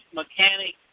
mechanic